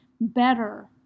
better